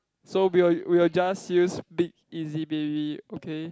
so we'll we'll just use big easy baby okay